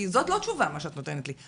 כי זאת לא תשובה מה שאת נותנת לי.